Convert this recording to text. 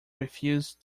refused